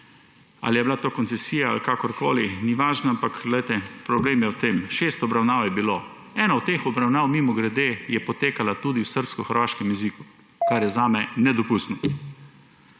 ali je bila to koncesija ali kakorkoli, ni važno, ampak problem je v tem – šest obravnav je bilo, ena od teh obravnav, mimogrede, je potekala tudi v srbohrvaškem jeziku, kar je zame nedopustno.